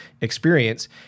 experience